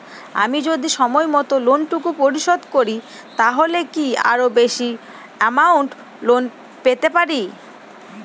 আমি যদি সময় মত লোন টুকু পরিশোধ করি তাহলে কি আরো বেশি আমৌন্ট লোন পেতে পাড়ি?